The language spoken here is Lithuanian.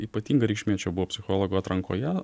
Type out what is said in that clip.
ypatinga reikšmė čia buvo psichologo atrankoje